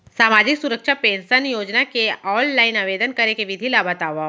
सामाजिक सुरक्षा पेंशन योजना के ऑनलाइन आवेदन करे के विधि ला बतावव